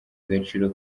agaciro